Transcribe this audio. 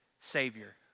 savior